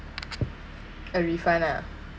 a refund ah